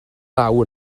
law